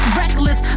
reckless